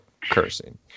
cursing